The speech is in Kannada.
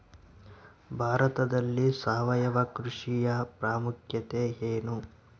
ಭಾರತದಲ್ಲಿ ಸಾವಯವ ಕೃಷಿಯ ಪ್ರಾಮುಖ್ಯತೆ ಎನು?